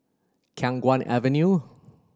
Khiang Guan Avenue